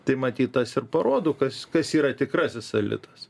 tai matyt tas ir parodo kas kas yra tikrasis elitas